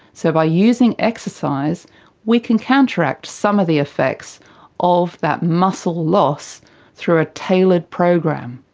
so by using exercise we can counteract some of the effects of that muscle loss through a tailored program.